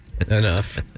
Enough